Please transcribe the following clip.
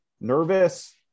nervous